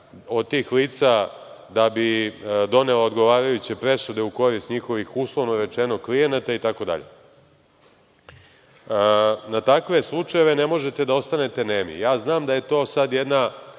od tih lica da bi doneo odgovarajuće presude u korist njihovih, uslovno rečeno, klijenata itd. Na takve slučajeve ne možete da ostanete nemi. Ja znam da je to sad jedna